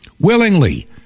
willingly